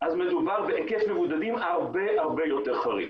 אז מדובר בהיקף מבודדים הרבה הרבה יותר חריף.